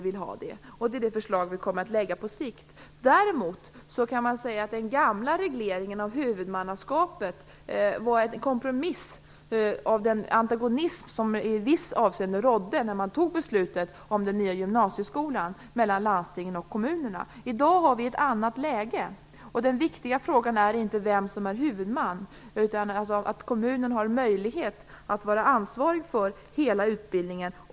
Det är det förslag vi kommer att lägga fram på sikt. Den gamla regleringen av huvudmannaskapet var en kompromiss som föranleddes av den antagonism som i vissa avseenden rådde mellan landstingen och kommunerna när man tog beslutet om den nya gymnasieskolan. I dag har vi ett annat läge. Den viktiga frågan är inte vem som är huvudman. Det gäller kommunernas möjlighet att vara ansvariga för hela utbildningen.